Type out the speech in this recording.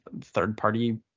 third-party